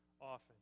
often